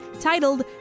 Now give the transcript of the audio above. titled